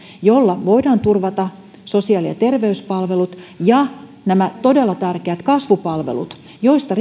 jolla voidaan turvata sosiaali ja terveyspalvelut ja nämä todella tärkeät kasvupalvelut joista